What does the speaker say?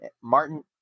martin